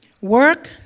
Work